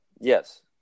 Yes